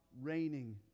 reigning